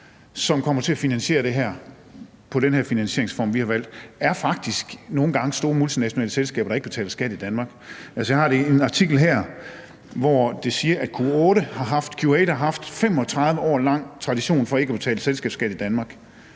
som kommer til at finansiere det her med den finansieringsform, vi har valgt, er jo faktisk nogle gange store multinationale selskaber, der ikke betaler skat i Danmark. Jeg har en artikel her, hvor de siger, at Q8 har haft en 35 år lang tradition for ikke at betale selskabsskat i Danmark,